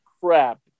crap